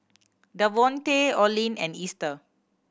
Devontae Oline and Easter